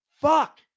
fuck